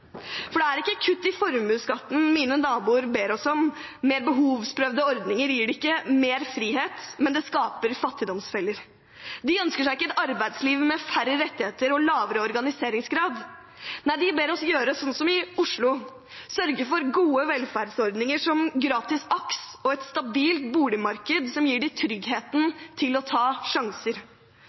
Det er ikke kutt i formuesskatten mine naboer ber oss om. Mer behovsprøvde ordninger gir dem ikke mer frihet, men det skaper fattigdomsfeller. De ønsker seg ikke et arbeidsliv med færre rettigheter og lavere organiseringsgrad. Nei, de ber oss gjøre som i Oslo: sørge for gode velferdsordninger som gratis AKS og et stabilt boligmarked som gir dem tryggheten til å ta sjanser.